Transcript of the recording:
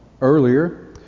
earlier